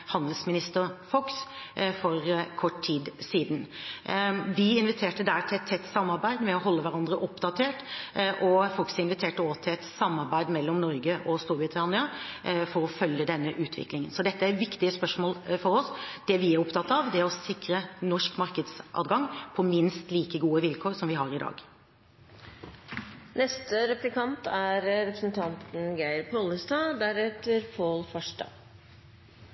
handelsminister Fox for kort tid siden. Vi inviterte der til et tett samarbeid for å holde hverandre oppdatert, og Fox inviterte også til et samarbeid mellom Norge og Storbritannia for å følge denne utviklingen. Så dette er viktige spørsmål for oss. Det vi er opptatt av, er å sikre norsk markedsadgang på minst like gode vilkår som vi har i dag. Lat meg fyrst seia at eg synest det er